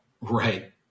Right